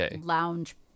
lounge